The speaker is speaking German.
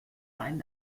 einen